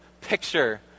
picture